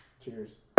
cheers